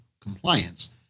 compliance